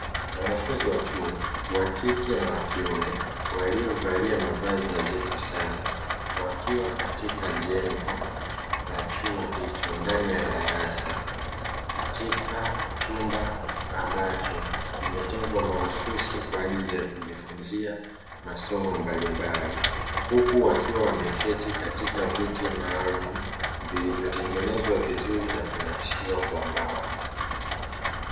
Wanafunzi wa chuo wakike na wakiume waliovalia mavazi nadhifu sana wakiwa katika jengo la chuo hicho ndani ya darasa, katika chumba ambacho kimetengwa mahsusi kwa ajili ya kujifunzia masomo mbalimbali, huku wakiwa wameketi katika viti maalum vilivyotengenezwa vizuri na kunakshiwa kwa mbao.